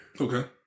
Okay